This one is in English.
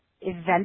event